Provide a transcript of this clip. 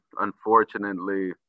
unfortunately